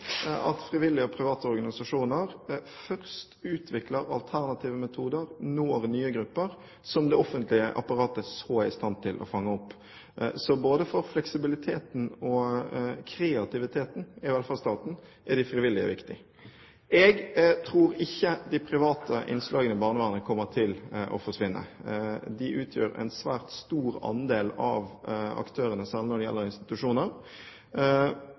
i stand til å fange opp. Så både når det gjelder fleksibiliteten og kreativiteten i velferdsstaten, er de frivillige viktig. Jeg tror ikke de private innslagene i barnevernet kommer til å forsvinne. De utgjør en svært stor andel av aktørene, særlig når det gjelder institusjoner.